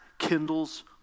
kindles